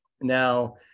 Now